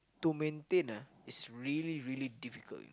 to maintain ah is really really difficult you know